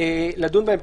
לדון בהן,